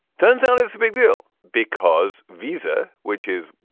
turns out it's a big deal because visa, which is.